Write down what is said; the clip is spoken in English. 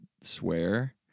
swear